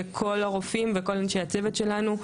כל הרופאים וכל אנשי הצוות שלנו.